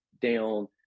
down